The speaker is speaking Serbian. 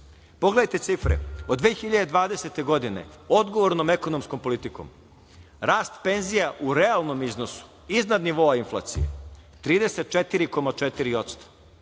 Pogledajte cifre, od 2020. godine odgovornom ekonomskom politikom, rast penzija u realnom iznosu, iznad nivoa inflacije 34,4%,